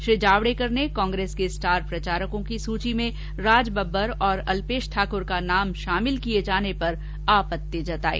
श्री जावडेकर ने कांग्रेस के स्टार प्रचारकों की सूची में राजबब्बर और अल्पेश ठाकुर का नाम शामिल करने पर आपत्ति जताई